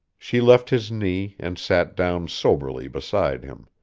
she left his knee, and sat down soberly beside him.